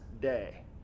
day